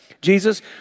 Jesus